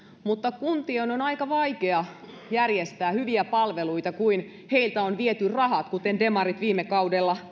mutta kuntien on aika vaikea järjestää hyviä palveluita kun heiltä on viety rahat kuten demarit viime kaudella